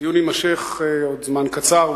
הדיון יימשך עוד זמן קצר,